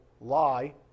lie